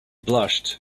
blushed